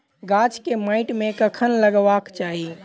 गाछ केँ माइट मे कखन लगबाक चाहि?